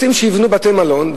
רוצים שיבנו בתי-מלון,